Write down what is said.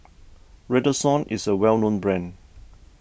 Redoxon is a well known brand